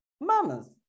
mama's